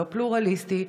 לא פלורליסטי,